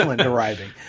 arriving